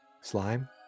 slime